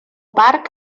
parc